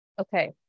Okay